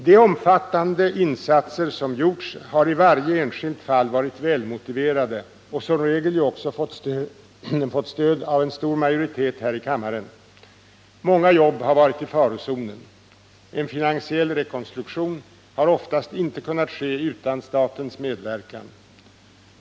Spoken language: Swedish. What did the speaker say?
De omfattande insatser som gjorts har i varje enskilt fall varit välmotiverade och som regel ju också fått stöd av en stor majoritet här i kammaren. Många jobb har varit i farozonen. En finansiell rekonstruktion har oftast inte kunna ske utan statens medverkan.